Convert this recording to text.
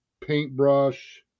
paintbrush